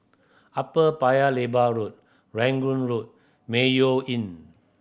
Upper Paya Lebar Road Rangoon Road Mayo Inn